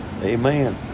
Amen